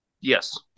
Yes